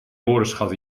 woordenschat